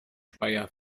speyer